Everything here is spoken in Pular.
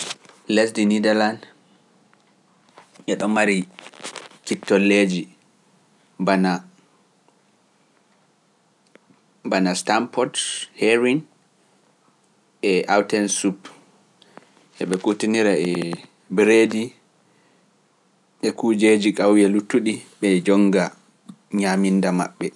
Lesdi nidal han, eɗon mari kittolleeji, bana, bana stampot, herwin, e auten sup, e ɓe kutinira e bereedi e kuujeji gawuya luttuɗi, ɓe jonnga ñaminda maɓɓe.